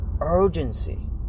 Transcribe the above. urgency